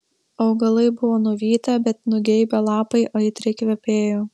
augalai buvo nuvytę bet nugeibę lapai aitriai kvepėjo